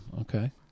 okay